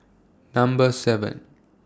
Number seven